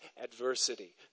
adversity